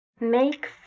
Make